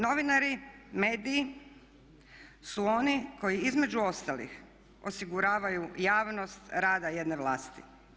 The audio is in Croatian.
Novinari, mediji su oni koji između ostalih osiguravaju javnost rada jedne vlasti.